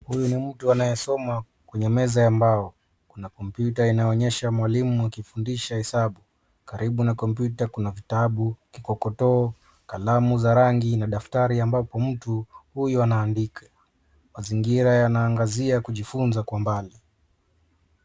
Huyu ni mtu anayesoma kwenye meza ya mbao. Kuna kompyuta inaonyesha mwalimu akifundisha hesabu. Karibu na kompyuta kuna vitabu, kikokotoo, kalamu za rangi na daftari ambapo mtu huyu anaandika. Mazingira yanaangazia kujifunza kwa mbali.